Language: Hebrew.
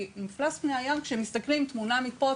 כי מפלס פני הים כשמסתכלים תמונה מפה,